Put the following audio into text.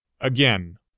Again